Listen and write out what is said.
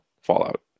Fallout